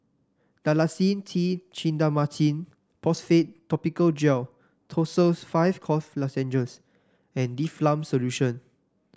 Dalacin T Clindamycin Phosphate Topical Gel Tussils five Cough Lozenges and Difflam Solution